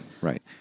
Right